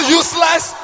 useless